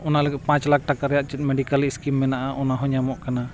ᱚᱱᱟ ᱞᱟᱹᱜᱤᱫ ᱯᱟᱸᱪ ᱞᱟᱠᱷ ᱴᱟᱠᱟ ᱨᱮᱱᱟᱜ ᱪᱮᱫ ᱢᱮᱰᱤᱠᱮᱞ ᱥᱠᱤᱢ ᱢᱮᱱᱟᱜᱼᱟ ᱚᱱᱟ ᱦᱚᱸ ᱧᱟᱢᱚᱜ ᱠᱟᱱᱟ